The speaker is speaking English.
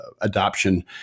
adoption